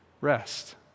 rest